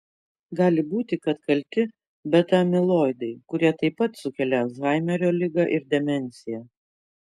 gali būti kad kalti beta amiloidai kurie taip pat sukelia alzheimerio ligą ir demenciją